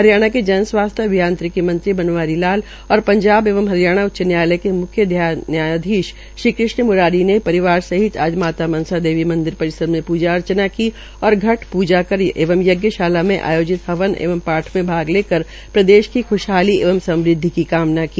हरियाणा के जन स्वास्थ्य अभियांत्रिकी मंत्री बनवारी लाल और पंजाब एवं हरियाणा उच्च न्यायालय के मुख्य न्यायाधीश श्री कृष्ण मुरारी ने परिवार सहित आज माता मनसा देवी मन्दिर परिसर में पूजा अर्चना की और घट पूजा एंव यज्ञशाला में आयोजित हवन एवं पाठ में भाग लेकर प्रदेश की ख्शहाली एवं समृद्धि की कामना की